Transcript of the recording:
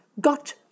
got